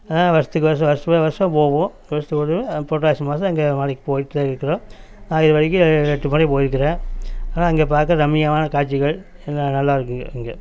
வருஷத்துக்கு வருஷம் வருஷம் வருஷம் போவோம் வருஷத்துக்கு ஒரு தடவை புரட்டாசி மாசம் அந்த மலைக்கு போயிட்டு தான் இருக்கிறோம் நான் இது வரைக்கும் எட்டு முறை போயிருக்கிறன் ஆனால் அங்கே பார்க்க ரம்மியமான காட்சிகள் ரொம்ப நல்லாயிருக்கு அங்கே